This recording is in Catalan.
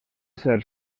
ser